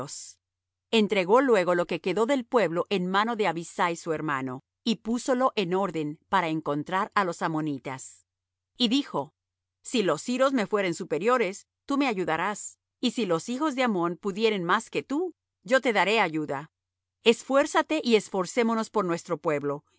entregó luego lo que quedó del pueblo en mano de abisai su hermano y púsolo en orden para encontrar á los ammonitas y dijo si los siros me fueren superiores tú me ayudarás y si los hijos de ammón pudieren más que tú yo te daré ayuda esfuérzate y esforcémonos por nuestro pueblo y